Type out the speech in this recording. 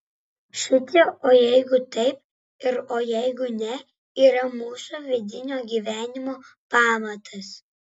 šitie o jeigu taip ir o jeigu ne yra mūsų vidinio gyvenimo pamatas